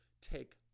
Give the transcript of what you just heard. Take